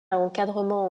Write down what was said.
encadrement